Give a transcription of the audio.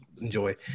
enjoy